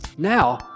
Now